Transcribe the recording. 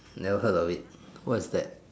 never heard of it what's that